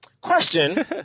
Question